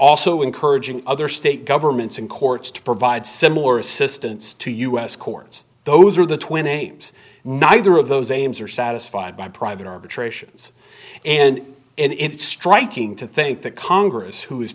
also encouraging other state governments and courts to provide similar assistance to u s courts those are the twin aims neither of those aims are satisfied by private arbitrations and it's striking to think that congress who